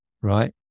right